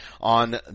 on